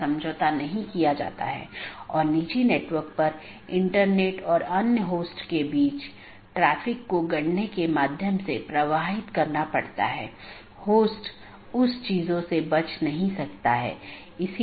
एक ज्ञात अनिवार्य विशेषता एट्रिब्यूट है जोकि सभी BGP कार्यान्वयन द्वारा पहचाना जाना चाहिए और हर अपडेट संदेश के लिए समान होना चाहिए